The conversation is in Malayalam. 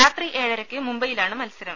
രാത്രി ഏഴരയ്ക്ക് മുംബൈയിലാണ് മത്സരം